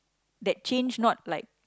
that change not like